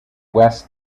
west